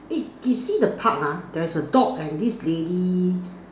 eh you see the park ha there's a dog and this lady